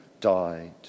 died